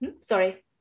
sorry